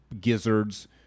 gizzards